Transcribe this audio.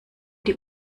die